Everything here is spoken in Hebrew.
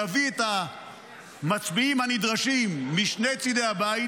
נביא את המצביעים הנדרשים משני צידי הבית